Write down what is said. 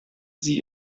sie